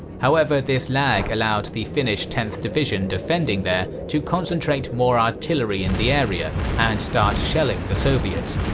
however, this lag allowed the finnish tenth division defending there to concentrate more artillery in the area and start shelling the soviets,